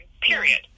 period